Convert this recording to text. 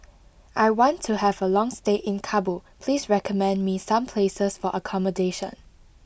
I want to have a long stay in Kabul please recommend me some places for accommodation